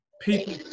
people